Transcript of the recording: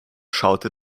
schaute